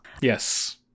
Yes